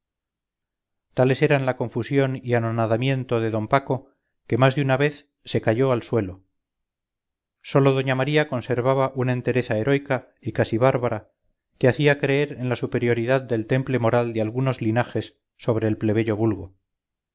eran la confusión y anonadamiento de d paco que más de una vez se cayó al suelo sólo doña maría conservaba una entereza heroica y casi bárbara que hacía creer en la superioridad del temple moral de algunos linajes sobre el plebeyo vulgo